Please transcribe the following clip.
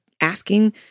asking